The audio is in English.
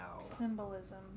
Symbolism